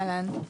אהלן,